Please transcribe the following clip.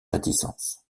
réticence